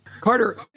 Carter